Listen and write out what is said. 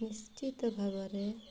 ନିଶ୍ଚିତ ଭାବରେ